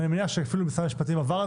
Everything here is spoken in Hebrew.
ואני מניח שמשרד המשפטים אפילו עבר על